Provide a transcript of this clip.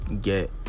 get